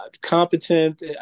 competent